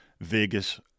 Vegas